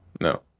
no